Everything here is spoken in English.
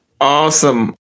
Awesome